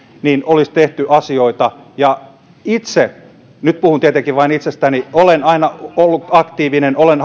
olisi tehty asioita ja itse nyt puhun tietenkin vain itsestäni olen aina ollut aktiivinen olen